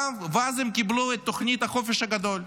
ואז הם קיבלו את תוכנית החופש הגדול.